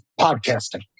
podcasting